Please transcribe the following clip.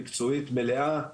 מקצועית מלאה,